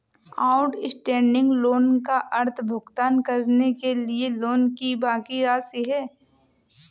outstanding loan का अर्थ भुगतान करने के लिए लोन की बाकि राशि है